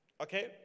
Okay